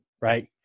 right